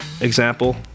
example